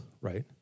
right